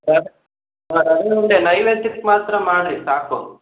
ರ್ ಹಾಂ ರವೆ ಉಂಡೆ ನೈವೇದ್ಯಕ್ಕೆ ಮಾತ್ರ ಮಾಡಿ ಸಾಕು